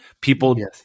people